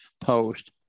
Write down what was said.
post